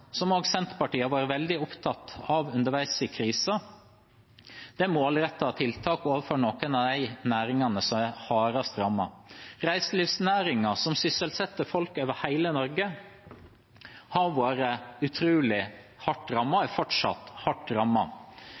Senterpartiet har vært veldig opptatt av underveis i krisen, er målrettede tiltak overfor noen av de næringene som er hardest rammet. Reiselivsnæringen, som sysselsetter folk over hele Norge, har vært utrolig hardt rammet og er fortsatt hardt